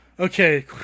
Okay